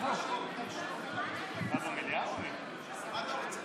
היות שרק אחד יכול לדבר ויש פה רבים שרוצים לדבר.